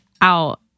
out